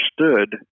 understood